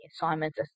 assignments